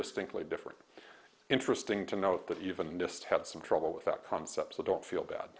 distinctly different interesting to note that even nist had some trouble with that concept so don't feel bad